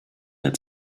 der